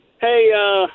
Hey